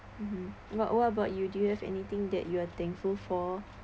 mm but what about you do you have anything that you're thankful for